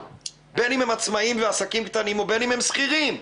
בין אם הם עצמאים או עסקים קטנים ובין אם הם שכירים.